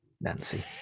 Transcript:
Nancy